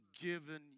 given